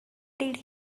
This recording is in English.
did